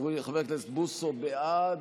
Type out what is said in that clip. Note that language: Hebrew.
חבר הכנסת בוסו, בעד.